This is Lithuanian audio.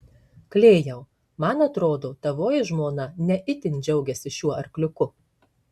klėjau man atrodo tavoji žmona ne itin džiaugiasi šiuo arkliuku